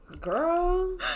Girl